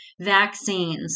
vaccines